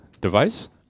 device